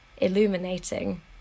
illuminating